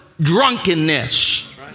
drunkenness